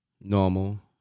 Normal